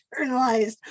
internalized